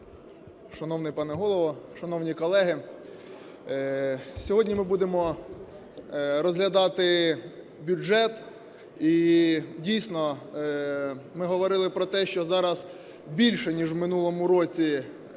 Шановний пане Голово, шановні колеги, сьогодні ми будемо розглядати бюджет, і, дійсно, ми говорили про те, що зараз більше, ніж в минулому році,